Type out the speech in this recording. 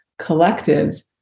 collectives